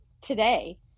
today